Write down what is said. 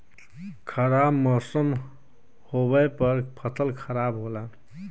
खराब मौसम होवे पर फसल खराब होला